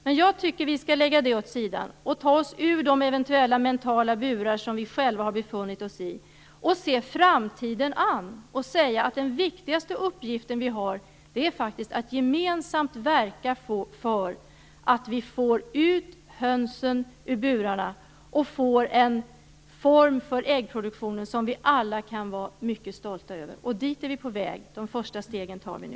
Men jag tycker att vi skall lägga detta åt sidan och ta oss ur de eventuella mentala burar som vi själva har befunnit oss i och se framtiden an och säga att den viktigaste uppgiften vi har faktiskt är att gemensamt verka för att vi får ut hönsen ur burarna och får en form för äggproduktionen som vi alla kan vara mycket stolta över. Dit är vi på väg. De första stegen tar vi nu.